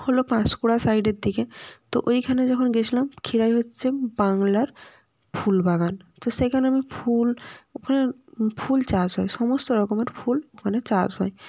হল পাঁশকুড়া সাইডের দিকে তো ওইখানে যখন গেছিলাম ক্ষীরাই হচ্ছে বাংলার ফুল বাগান তো সেখানে আমি ফুল ওখানে ফুল চাষ হয় সমস্ত রকমের ফুল ওখানে চাষ হয়